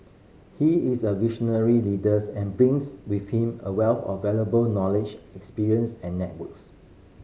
he is a visionary leaders and brings with him a wealth of valuable knowledge experience and networks